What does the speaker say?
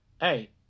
Hey